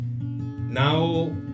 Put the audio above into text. Now